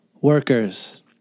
workers